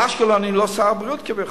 על אשקלון אני לא שר הבריאות כביכול.